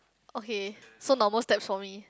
okay so normal step for me